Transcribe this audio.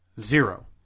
Zero